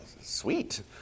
sweet